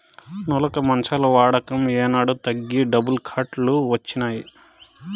నులక మంచాల వాడక ఏనాడో తగ్గి డబుల్ కాట్ లు వచ్చినాయి